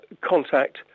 contact